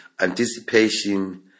anticipation